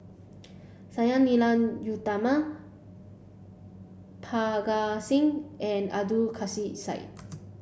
Sang Nila Utama Parga Singh and Abdul Kadir Syed